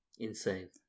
Insane